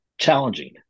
challenging